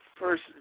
first